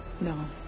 No